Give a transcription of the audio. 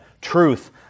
truth